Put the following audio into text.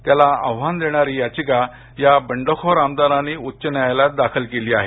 त्याला आव्हान देणारी याचिका या बंडखोर आमदारांनी उच्च न्यायालयात दाखल केली आहे